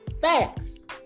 Facts